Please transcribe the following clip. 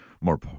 more